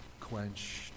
quenched